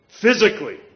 physically